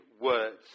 words